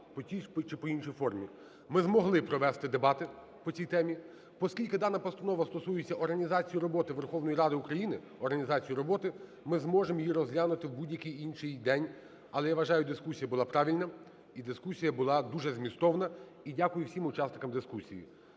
Ми змогли провести дебати по цій теми. Оскільки дана постанова стосується організації роботи Верховної Ради України, організації роботи, ми зможемо її розглянути в будь-який день, але я вважаю, що дискусія була правильна і дискусія була дуже змістовна. І дякую всім учасникам дискусії.